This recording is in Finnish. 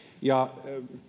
ja